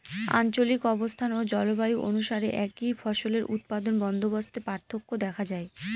আঞ্চলিক অবস্থান ও জলবায়ু অনুসারে একই ফসলের উৎপাদন বন্দোবস্তে পার্থক্য দেখা যায়